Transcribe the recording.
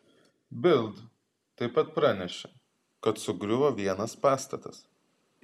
bild taip pat pranešė kad sugriuvo vienas pastatas